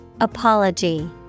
Apology